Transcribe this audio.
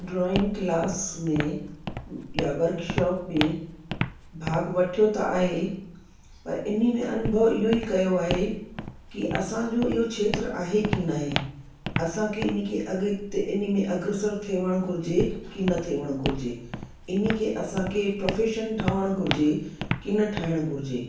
drawing class में या workshop में भाग वठियो त आहे पर इन में अनुभव इहो ई कयो आहे की असांजो इहो खेत्र आहे कि न आहे असांखे इन अॻिते इन में अग्रसर थियणु घुरिजे की न थियणु घुरिजे इन खे असांखे प्रोफेशन ठहणु घुरिजे की न ठाहियणु घुरिजे